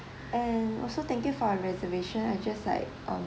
and also thank your for reservation I just like um